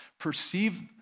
perceive